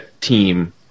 team